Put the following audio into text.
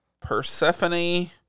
Persephone